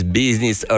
business